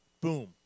boom